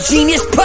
Genius